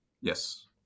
Yes